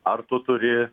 ar tu turi